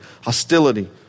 hostility